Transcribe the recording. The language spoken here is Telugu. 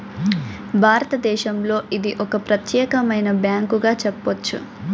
భారతదేశంలో ఇది ఒక ప్రత్యేకమైన బ్యాంకుగా చెప్పొచ్చు